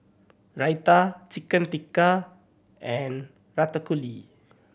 Raita Chicken Tikka and Ratatouille